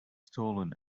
stolen